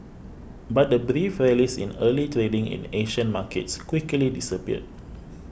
but the brief rallies in early trading in Asian markets quickly disappeared